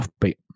offbeat